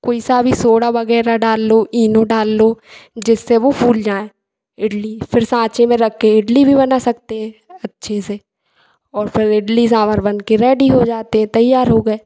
कोई सा भी सोडा वग़ैरह डाल लो ईनो डाल लो जिससे वे फूल जाए इडली फिर साँचे में रख कर इडली भी बना सकते हैं अच्छे से और फिर इडली सांभर बन कर रेडी हो जाता है तैयार हो गए